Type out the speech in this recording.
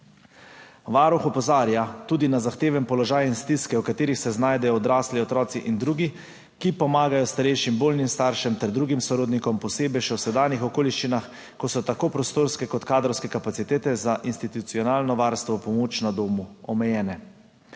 Varuh opozarja tudi na zahteven položaj in stiske, v katerih se znajdejo odrasli, otroci in drugi, ki pomagajo starejšim bolnim staršem ter drugim sorodnikom, posebej še v sedanjih okoliščinah, ko so tako prostorske kot kadrovske kapacitete za institucionalno varstvo, pomoč na domu omejene.